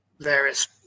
various